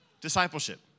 discipleship